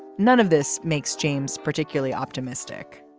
none of this makes james particularly optimistic